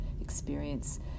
experience